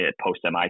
post-MI